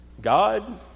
God